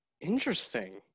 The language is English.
Interesting